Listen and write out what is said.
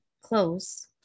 close